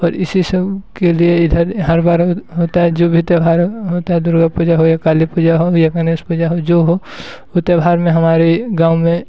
और इसी सब के लिए इधर हर बार हो होता है जो भी त्योहार होता है दुर्गा पूजा हो काली पूजा हो या गणेश पूजा हो जो हो वो त्योहार में हमारे गाँव में